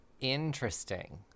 Interesting